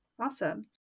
awesome